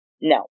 no